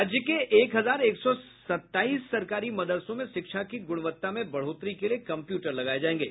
राज्य के एक हजार एक सौ सत्ताईस सरकारी मदरसों में शिक्षा की गुणवत्ता में बढ़ोत्तरी के लिए कम्प्यूटर लगाये जायेंगे